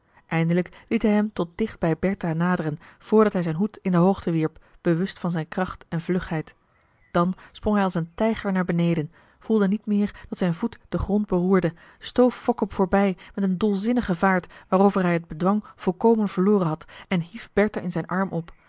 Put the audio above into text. eindelijk liet hij hem tot dicht bij bertha naderen voordat hij zijn hoed marcellus emants een drietal novellen in de hoogte wierp bewust van zijn kracht en vlugheid dan sprong hij als een tijger naar beneden voelde niet meer dat zijn voet den grond beroerde stoof fokke voorbij met een dolzinnige vaart waarover hij het bedwang volkomen verloren had en hief bertha in zijn arm op